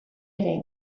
ere